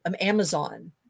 Amazon